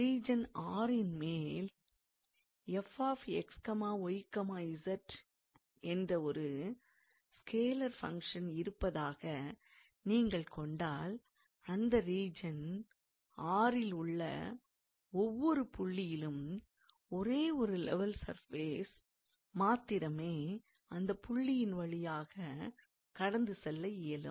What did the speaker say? region R ன் மேல் 𝑓𝑥𝑦𝑧 என்ற ஒரு ஸ்கேலார் ஃபங்க்ஷன் இருப்பதாக நீங்கள் கொண்டால் அந்த ரீஜன் R ல் உள்ள ஒவ்வொரு புள்ளியிலும் ஒரே ஒரு லெவல் சர்ஃபேஸ் மாத்திரமே அந்தப் புள்ளியின் வழியாகக் கடந்து செல்ல இயலும்